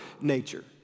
nature